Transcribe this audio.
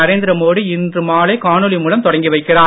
நரேந்திர மோடி இன்று மாலை காணொளி மூலம் தொடங்கி வைக்கிறார்